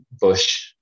bush